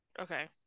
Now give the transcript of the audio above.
Okay